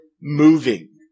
moving